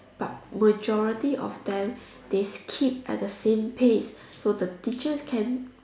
but majority of them they skip at the same pace so the teachers can